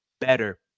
better